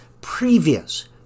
previous